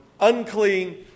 unclean